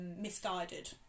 misguided